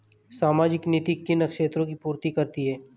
सामाजिक नीति किन क्षेत्रों की पूर्ति करती है?